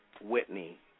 Whitney